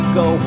go